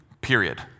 period